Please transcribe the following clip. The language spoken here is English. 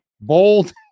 Bold